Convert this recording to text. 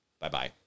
Bye-bye